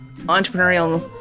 entrepreneurial